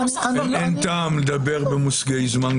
ועדת החוקה איננה ועדת הבית של העיסוק בנושא הזה,